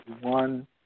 one